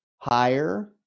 higher